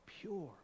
pure